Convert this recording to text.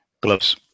gloves